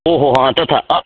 ओ हो हो हा तथा